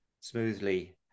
smoothly